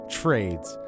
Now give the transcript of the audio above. trades